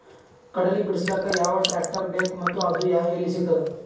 ಕಡಲಿ ಬಿಡಿಸಲಕ ಯಾವ ಟ್ರಾಕ್ಟರ್ ಬೇಕ ಮತ್ತ ಅದು ಯಲ್ಲಿ ಸಿಗತದ?